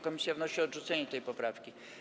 Komisja wnosi o odrzucenie tej poprawki.